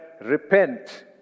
Repent